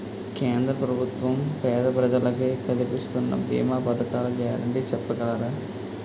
కేంద్ర ప్రభుత్వం పేద ప్రజలకై కలిపిస్తున్న భీమా పథకాల గ్యారంటీ చెప్పగలరా?